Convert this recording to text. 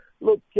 Look